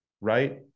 right